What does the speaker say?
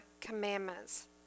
commandments